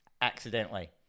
accidentally